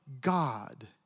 God